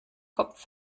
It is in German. kopf